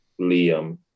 Liam